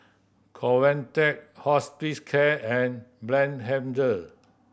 Convatec Hospicare and Blephagel